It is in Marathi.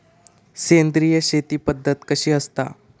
सेंद्रिय शेती पद्धत कशी असता?